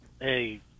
Hey